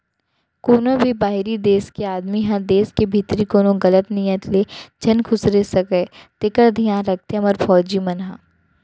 कोनों भी बाहिरी देस के आदमी ह देस के भीतरी कोनो गलत नियत ले झन खुसरे सकय तेकर धियान राखथे हमर फौजी मन ह